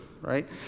right